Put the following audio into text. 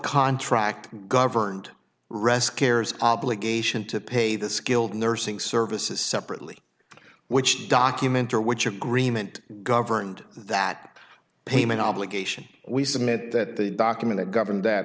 contract governed rest carers obligation to pay the skilled nursing services separately which document or which agreement governed that payment obligation we submit that the document to govern that